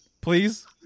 Please